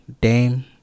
Dame